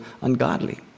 ungodly